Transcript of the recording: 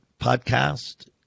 podcast